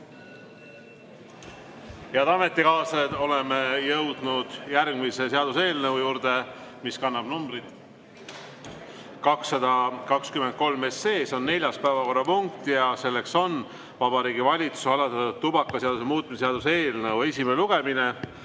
Head ametikaaslased, oleme jõudnud järgmise seaduseelnõu juurde, see kannab numbrit 223. See on neljas päevakorrapunkt ja selleks on Vabariigi Valitsuse algatatud tubakaseaduse muutmise seaduse eelnõu esimene lugemine.